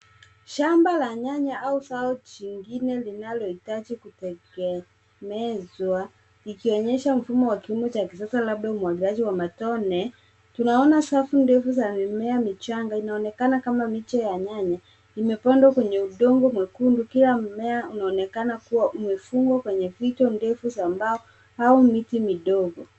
Shamba la nyanya au zao jingine linalohitaji kutegemezwa likionyesha mfumo wa kilimo cha kisasa labda umwagiliaji wa matone. Tunaona safu ndefu za mimea michanga inaonekana kama miche ya nyanya imepandwa kwenye udongo mwekundu. Kila mmea unaonekana kuwa umefungwa kwenye vito ndefu za mbao au miti midogo.